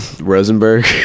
Rosenberg